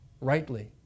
Rightly